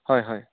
হয় হয়